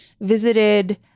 visited